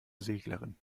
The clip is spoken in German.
seglerin